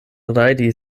rajdi